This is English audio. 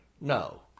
No